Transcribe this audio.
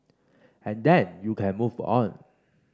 and then you can move on